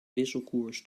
wisselkoers